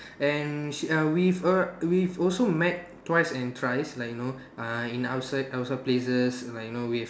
and she err we err we've also met twice and thrice like you know uh in outside outside places like you know with